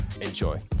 enjoy